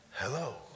Hello